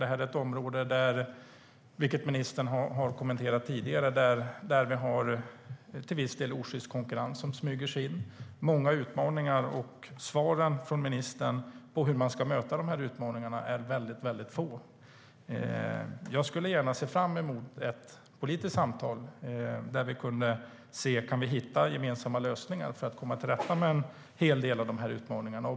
Ministern kommenterade tidigare att detta är ett område där det till viss del förekommer osjyst konkurrens. Det är många utmaningar, och svaren från ministern om hur man ska möta dessa utmaningar är väldigt få. Jag ser fram emot ett politiskt samtal för att se om vi kan hitta gemensamma lösningar för att komma till rätta med utmaningarna.